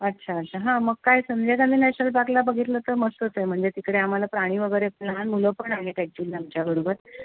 अच्छा अच्छा हां मग काय संजय गांधी नॅशनल पारगला बघितलं तर मस्तच आहे म्हण जे तिकडे आमाला प्राणी वगैरे लहान मुलं पण आहेत एक्चुल्ली आमच्याबरोबर